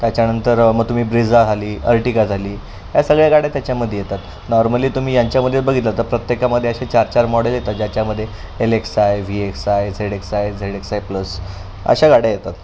त्याच्यानंतर मग तुम्ही ब्रिझा आली अर्टिका झाली या सगळ्या गाड्या त्याच्यामध्ये येतात नॉर्मली तुम्ही यांच्यामध्ये बघितलं तर प्रत्येकामध्ये असे चार चार मॉडेल येतात ज्याच्यामध्ये L X I V X I Z X I Z X I plus अशा गाड्या येतात